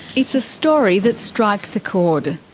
it's a story that strikes a chord,